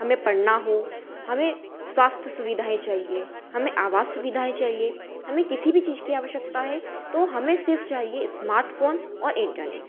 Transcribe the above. हमें पढ़ना हो हमें स्वास्थ सुविधाएँ चाहिए हमें आवास सुविधाएँ चाहिए हमें किसी भी चीज़ की आवश्यकता है तो हमें सिर्फ चाहिए स्मार्टफोन और इंटरनेट